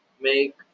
Make